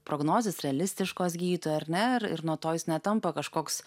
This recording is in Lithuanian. prognozės realistiškos gydytojo ar net ir nuo to jis netampa kažkoks